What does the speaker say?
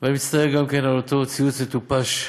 אני מצטער גם על אותו ציוץ מטופש,